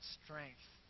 strength